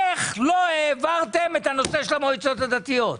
איך לא העברתם את נושא המועצות הדתיות?